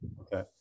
okay